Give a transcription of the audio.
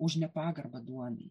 už nepagarbą duonai